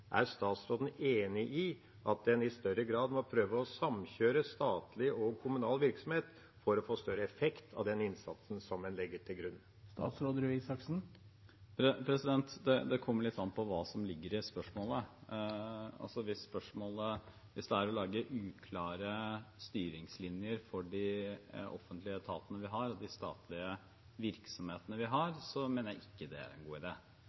Er statsråden enig i at en i større grad må prøve å samkjøre statlig og kommunal virksomhet for å få større effekt av den innsatsen en legger til grunn? Det kommer litt an på hva som ligger i spørsmålet. Hvis det er å lage uklare styringslinjer for de offentlige etatene og de statlige virksomhetene vi har, mener jeg ikke det er en god